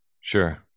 Sure